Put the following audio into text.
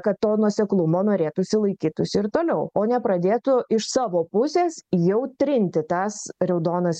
kad to nuoseklumo norėtųsi laikytųsi ir toliau o nepradėtų iš savo pusės jau trinti tas raudonas